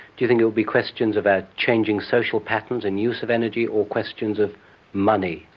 do you think it will be questions about changing social patterns and use of energy or questions of money?